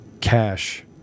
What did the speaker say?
cash